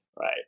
right